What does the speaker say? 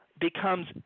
becomes